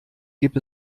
gibt